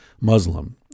Muslim